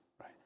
right